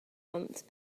months